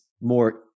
more